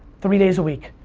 three days a week,